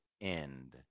end